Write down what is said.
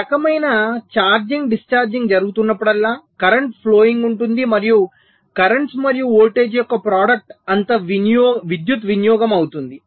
ఈ రకమైన charging discharging జరుగుతున్నప్పుడల్లా కరెంటు ఫ్లోయింగ్ ఉంటుంది మరియు కర్రెంట్స్ మరియు వోల్టేజ్ యొక్క ప్రోడక్ట్ అంత విద్యుత్ వినియోగం అవుతుంది